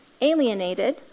alienated